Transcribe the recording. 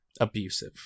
abusive